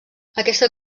aquesta